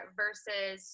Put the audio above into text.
versus